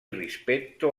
rispetto